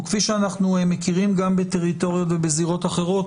וכפי שאנחנו מכירים גם בטריטוריות ובזירות אחרות,